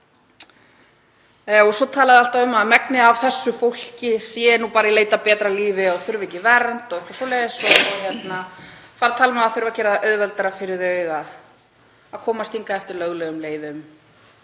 þau alltaf að tala um að megnið af þessu fólki sé nú bara í leit að betra lífi og þurfi ekki vernd og eitthvað svoleiðis og fara að tala um að það þurfi að gera það auðveldara fyrir það að komast hingað eftir löglegum leiðum